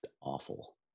awful